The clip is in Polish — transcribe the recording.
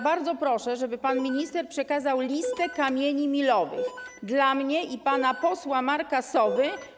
Bardzo proszę, żeby pan minister przekazał listę kamieni milowych dla mnie i pana posła Marka Sowy.